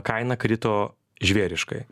kaina krito žvėriškai